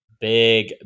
big